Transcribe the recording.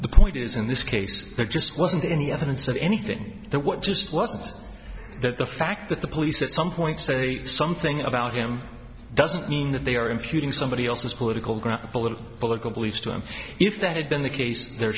the point is in this case there just wasn't any evidence of anything there what just wasn't that the fact that the police at some point say something about him doesn't mean that they are imputing somebody else's political grappling political beliefs to him if that had been the case there